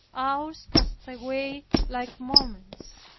hours passed away like moments,